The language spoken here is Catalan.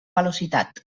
velocitat